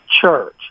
Church